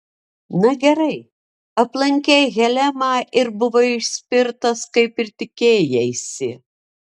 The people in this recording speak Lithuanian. na gerai aplankei helemą ir buvai išspirtas kaip ir tikėjaisi